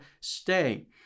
stay